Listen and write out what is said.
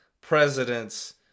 presidents